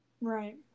Right